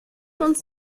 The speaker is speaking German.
uns